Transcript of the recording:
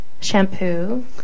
shampoo